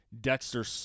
Dexter